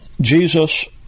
Jesus